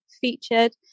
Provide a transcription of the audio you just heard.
featured